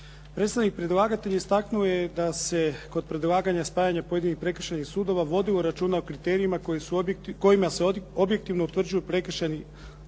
Predstavnik predlagatelja istaknuo je da se kod predlaganja spajanja pojedinih prekršajnih sudova vodilo računa o kriterijima kojima se objektivno utvrđuju prekršajni,